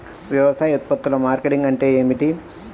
వ్యవసాయ ఉత్పత్తుల మార్కెటింగ్ అంటే ఏమిటి?